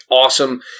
awesome